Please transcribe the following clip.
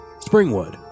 Springwood